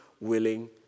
willing